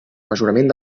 mesurament